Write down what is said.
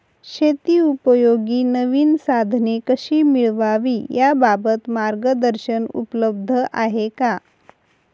शेतीउपयोगी नवीन साधने कशी मिळवावी याबाबत मार्गदर्शन उपलब्ध आहे का?